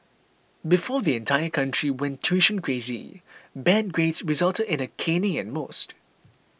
before the entire country went tuition crazy bad grades resulted in a caning at most